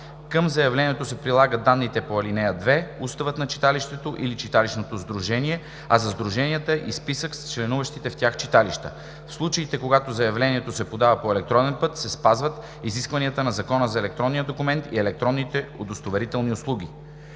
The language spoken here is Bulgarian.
Към заявлението се прилагат данните по ал. 2, уставът на читалището или читалищното сдружение, а за сдруженията — и списък с членуващите в тях читалища. В случаите, когато заявлението се подава по електронен път, се спазват изискванията на Закона за електронния документ и електронните удостоверителни услуги.